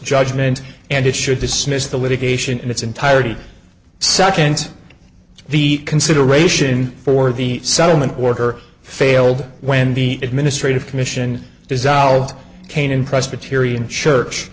judgment and it should dismiss the litigation in its entirety second the consideration for the settlement worker failed when the administrative commission dissolved kanan presbyterian church